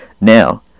Now